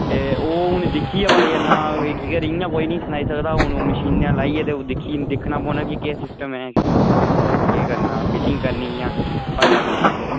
ते ओह् हून दिक्खियै पता चलना के कर इ'यां कोई नी सनाई सकदा हून ओह् मशीनै लाइयै ते दिक्खी दिक्खना पौना के केह् सिस्टम ऐ केह् करना फिलिंग करनी जां भरना पौना दंद